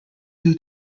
due